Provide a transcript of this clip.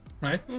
Right